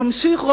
תמשיך,